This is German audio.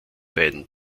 beiden